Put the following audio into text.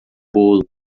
bolo